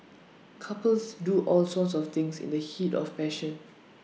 couples do all sorts of things in the heat of passion